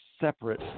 separate